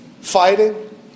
fighting